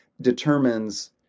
determines